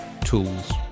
tools